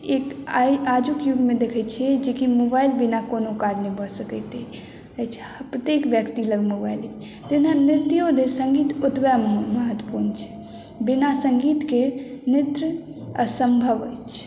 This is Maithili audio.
एक आजुक युग मे देखै छियै जेकि मोबाइल बिना कोनो काज नहि भऽ सकैत अछि प्रत्येक व्यक्ति लग मोबाइल अछि तहिना नृत्यो लेल संगीत ओतबे महत्वपूर्ण छै बिना संगीत के नृत्य असम्भव अछि